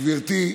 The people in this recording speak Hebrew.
גברתי,